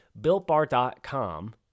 BuiltBar.com